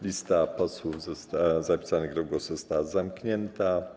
Lista posłów zapisanych do głosu została zamknięta.